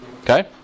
Okay